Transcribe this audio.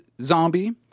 Zombie